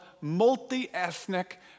multi-ethnic